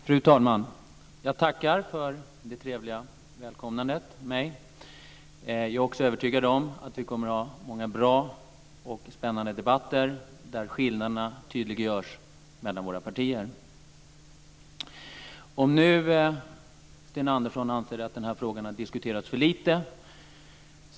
Fru talman! Jag tackar för det trevliga välkomnandet. Jag är också övertygad om att vi kommer att ha många bra och spännande debatter där skillnaderna mellan våra partier tydliggörs. Sten Andersson anser att den här frågan har diskuterats för lite.